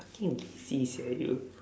fucking lazy sia you